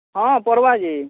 ହଁ ପଢ଼୍ବା ଯେ